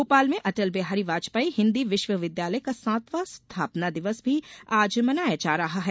भोपाल में अटलबिहारी वाजपेयी हिन्दी विश्वविद्यालय का सातवां स्थापना दिवस भी आज मनाया जा रहा है